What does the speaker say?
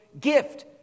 gift